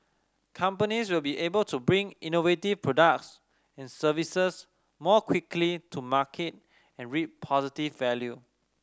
companies will be able to bring innovative products and services more quickly to market and reap positive value